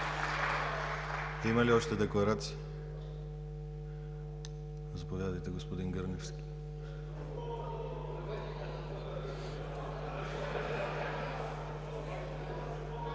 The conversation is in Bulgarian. Има ли още декларации? Заповядайте, господин Гърневски.